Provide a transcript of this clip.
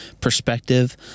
perspective